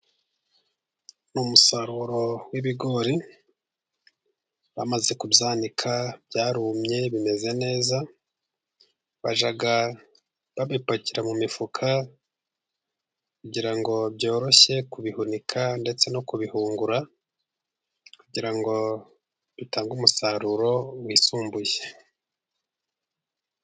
Ni umusaruro w'ibigori, bamaze kubyanika byarumye bimeze neza, bajya babipakira mu mifuka kugira ngo byoroshye kubihunika ,ndetse no kubihungura kugira ngo bitange umusaruro wisumbuye.